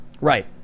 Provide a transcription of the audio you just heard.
right